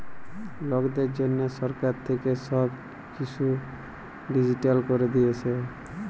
লকদের জনহ সরকার থাক্যে সব কিসু ডিজিটাল ক্যরে দিয়েসে